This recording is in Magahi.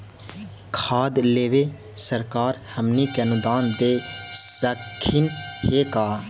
खाद लेबे सरकार हमनी के अनुदान दे सकखिन हे का?